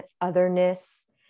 otherness